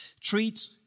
Treat